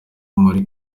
marie